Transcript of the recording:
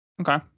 Okay